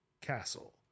castle